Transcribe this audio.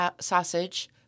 sausage